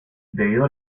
debido